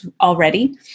already